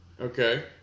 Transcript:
Okay